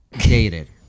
dated